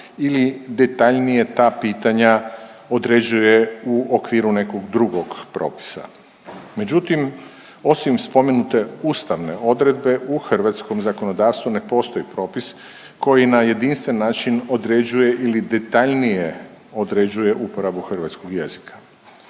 ili detaljnije ta pitanja određuje u okviru nekog drugog propisa. Međutim, osim spomenute ustavne odredbe, u hrvatskom zakonodavstvu ne postoji propis koji na jedinstven način određuje ili detaljnije određuje uporabu hrvatskog jezika.